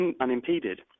unimpeded